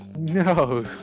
No